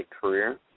career